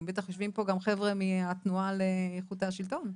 גם בטח יושבים פה גם חבר'ה מהתנועה לאיכות השלטון,